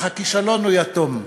אך הכישלון הוא יתום.